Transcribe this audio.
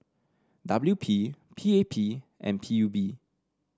W P P A P and P U B